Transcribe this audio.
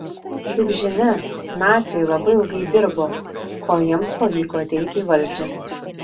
kaip žinia naciai labai ilgai dirbo kol jiems pavyko ateiti į valdžią